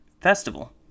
festival